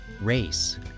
race